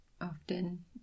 often